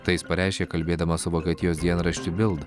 tai jis pareiškė kalbėdamas vokietijos dienraščiui bild